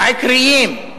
העיקריים,